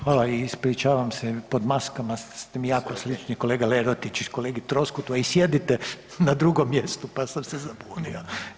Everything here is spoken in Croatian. Hvala i ispričavam se, pod maskama ste mi jako slični kolega Lerotić i kolegi Troskotu, a i sjedite na drugom mjestu pa sam se zabunio.